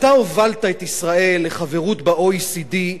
אתה הובלת את ישראל לחברות ב-OECD,